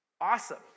Awesome